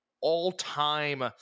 all-time